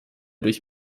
durch